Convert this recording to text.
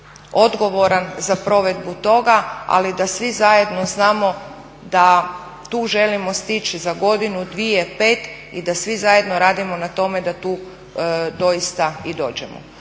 odgovoran za provedbu toga ali da svi zajedno znamo da tu želimo stići za godinu, dvije, pet i da svi zajedno radimo na tome da tu doista i dođemo.